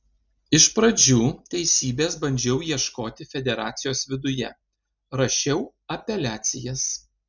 iš pradžių teisybės bandžiau ieškoti federacijos viduje rašiau apeliacijas